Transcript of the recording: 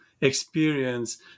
experience